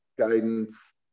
guidance